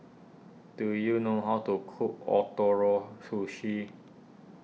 do you know how to cook Ootoro Sushi